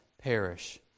perish